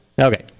Okay